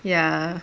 ya